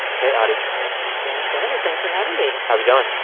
hey, audie sam sanders, thanks for having me how's it going?